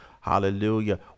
hallelujah